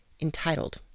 Entitled